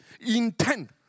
intent